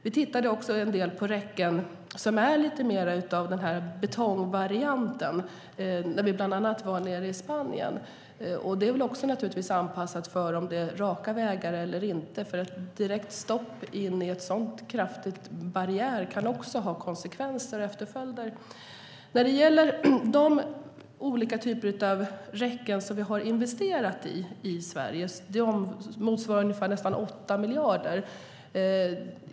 Vi har också tittat på räcken som är mer av betongvarianten, bland annat när vi var nere i Spanien. De är också anpassade efter om det är raka vägar eller inte. Ett direkt stopp in i en sådan kraftig barriär kan också få konsekvenser. Investeringarna i olika sorters räcken i Sverige motsvarar nästan 8 miljarder.